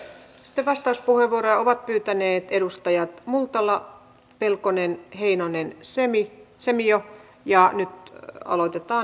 sitten vastauspuheenvuoroja ovat pyytäneet edustajat multala pelkonen heinonen savio ja nyt aloitetaan